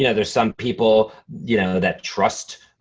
yeah there's some people you know that trust